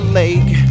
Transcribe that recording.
lake